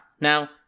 now